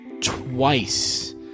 twice